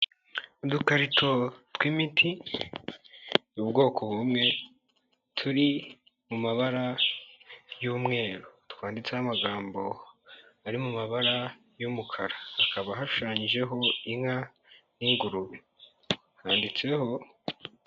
Udukarito tw'imiti y'ubwoko bumwe turi mu mabara y'umweru, twanditseho amagambo ari mu mabara y'umukara, hakaba hashushanyijeho inka n'ingurube handitseho.